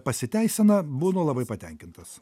pasiteisina būnu labai patenkintas